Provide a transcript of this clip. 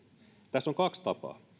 tässä on kaksi tapaa